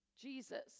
Jesus